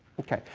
okay.